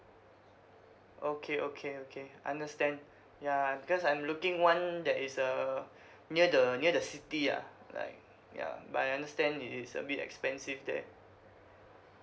okay okay okay understand ya because I'm looking one that is uh near the near the city ah like yeah but I understand is a bit expensive there